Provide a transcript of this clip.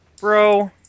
Bro